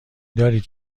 دارید